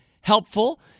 helpful